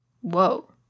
Whoa